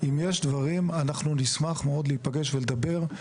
אם יש דברים אנחנו נשמח מאוד להיפגש ולדבר,